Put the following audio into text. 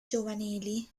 giovanili